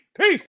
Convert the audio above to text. Peace